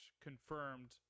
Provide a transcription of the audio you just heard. confirmed